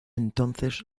entonces